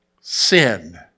Sin